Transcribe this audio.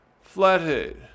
flathead